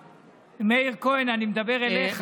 מאיר כהן, אני מדבר אליך.